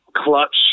Clutch